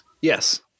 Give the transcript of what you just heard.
Yes